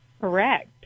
Correct